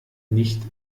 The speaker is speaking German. nicht